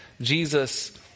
Jesus